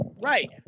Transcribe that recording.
Right